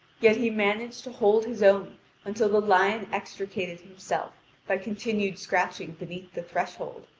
yet he managed to hold his own until the lion extricated himself by continued scratching beneath the threshold.